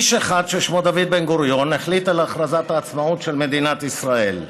איש אחד ששמו דוד בן-גוריון החליט על הכרזת העצמאות של מדינת ישראל.